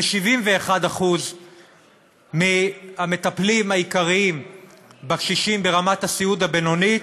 ו-71% מהמטפלים העיקריים בקשישים ברמת הסיעוד הבינונית,